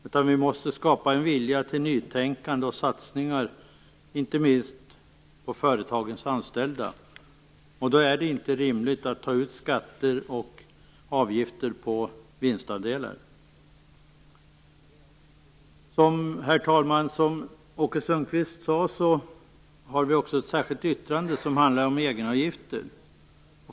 I stället måste vi skapa en vilja till nytänkande och till satsningar, inte minst på företagens anställda. Då är det inte rimligt att ta ut skatter och avgifter på vinstandelar. Herr talman! Som Åke Sundqvist sade har vi ett särskilt yttrande om egenavgifter.